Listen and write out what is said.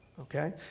Okay